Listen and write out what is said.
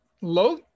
Low